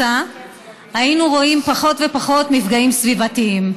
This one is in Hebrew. היינו רואים פחות ופחות מפגעים סביבתיים.